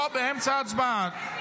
לא באמצע ההצבעה.